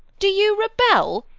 do you rebel,